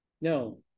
No